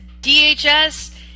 DHS